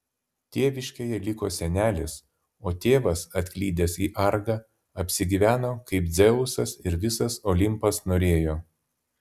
tėviškėje liko senelis o tėvas atklydęs į argą apsigyveno kaip dzeusas ir visas olimpas norėjo